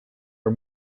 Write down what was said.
are